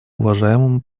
уважаемому